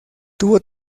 tuvo